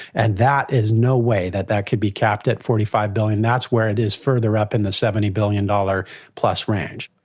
and that is no way that that could be capped at forty five billion dollars. that's where it is further up in the seventy billion dollars plus range.